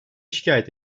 şikayet